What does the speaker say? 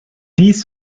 dies